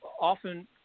often